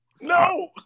No